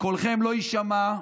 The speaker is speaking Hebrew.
קולכם לא יישמע.